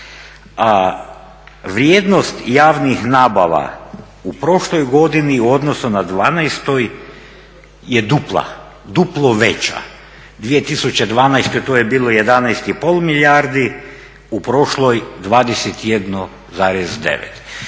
a vrijednost javnih nabava u prošloj godini u odnosu na 2012. je dupla, duplo veća. U 2012. to je bilo 11,5 milijardi, u prošloj 21,9.